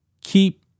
Keep